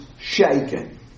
shaken